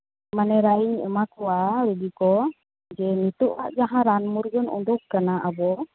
ᱢᱟᱱᱮ ᱨᱟᱱᱤᱧ ᱮᱢᱟ ᱠᱚᱣᱟ ᱨᱩᱜᱤ ᱠᱚ ᱡᱮ ᱱᱤᱛᱚᱜ ᱟᱜ ᱡᱟᱦᱟᱸ ᱨᱟᱱ ᱢᱩᱨᱜᱟᱹᱱ ᱩᱰᱩᱠ ᱠᱟᱱᱟ ᱟᱵᱚ